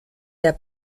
der